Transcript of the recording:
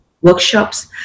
workshops